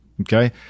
Okay